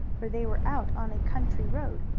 for they were out on a country road.